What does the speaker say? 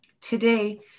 Today